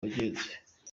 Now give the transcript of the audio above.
yagenze